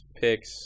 picks